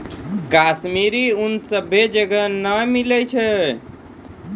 कश्मीरी ऊन सभ्भे जगह नै मिलै छै